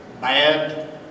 bad